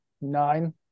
nine